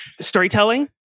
storytelling